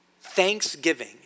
Thanksgiving